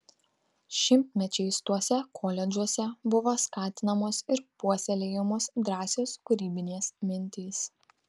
šimtmečiais tuose koledžuose buvo skatinamos ir puoselėjamos drąsios kūrybinės mintys